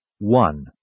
one